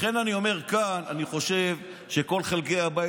לכן אני אומר כאן: אני חושב שכל חלקי הבית